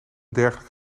dergelijk